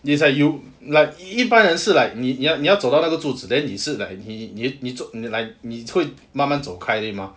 is like you like 一般人是 like 你要你要走到那个柱子 then 你是 like 你你你做你 like 你会慢慢走开对吗